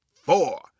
four